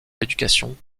l’éducation